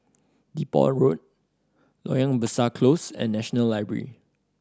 Depot Road Loyang Besar Close and National Library